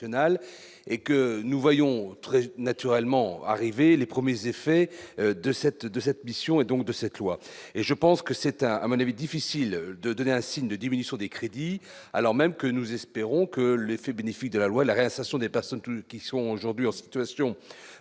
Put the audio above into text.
et que nous voyons très naturellement arriver les premiers effets de cette, de cette mission, et donc de cette loi et je pense que c'est à Amman avait difficile de donner un signe de diminution des crédits alors même que nous espérons que l'effet bénéfique de la loi et l'arrestation des personnes qui sont aujourd'hui en situation donc